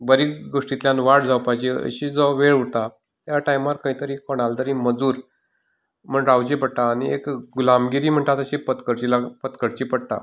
बरे गोश्टींतल्यान वाड जावपाची अशी जो वेळ उरता त्या टायमार खंयतरी कोणाली तरी मजूर म्हूण रावची पडटा आनी गुलामगिरी म्हणटा तशी पत्करची ला पत्करची पडटा